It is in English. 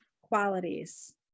qualities